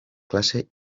classe